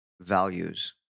values